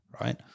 right